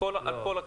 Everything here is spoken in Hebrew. לא...